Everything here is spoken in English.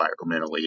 environmentally